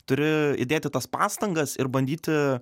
turi įdėti tas pastangas ir bandyti